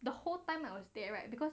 the whole time I was there right because